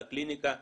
לקליניקה,